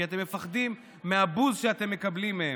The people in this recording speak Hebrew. כי אתם מפחדים מהבוז שאתם מקבלים מהם.